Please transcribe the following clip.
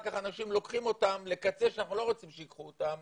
כך אנשים לוקחים אותם לקצה שאנחנו לא רוצים שייקחו אותם,